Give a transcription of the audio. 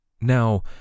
Now